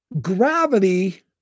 Gravity